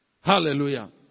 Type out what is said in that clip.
hallelujah